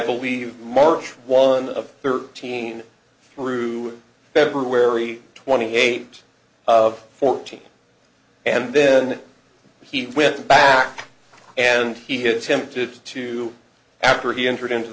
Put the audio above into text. believe march one of thirteen through february twenty eight of fourteen and then he went back and he had attempted to after he entered into